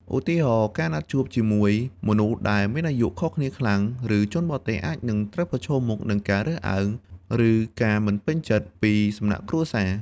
ឧទាហរណ៍ ការណាត់ជួបជាមួយមនុស្សដែលមានអាយុខុសគ្នាខ្លាំង ឬជនបរទេស អាចនឹងត្រូវប្រឈមមុខនឹងការរើសអើង ឬការមិនពេញចិត្តពីសំណាក់គ្រួសារ។